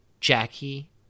Jackie